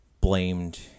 blamed